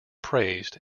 praised